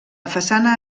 façana